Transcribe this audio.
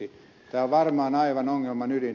tämä on varmaan aivan ongelman ydin